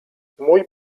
mój